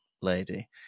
lady